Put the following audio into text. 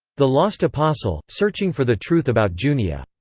the lost apostle searching for the truth about junia.